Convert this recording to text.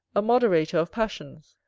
a moderator of passions,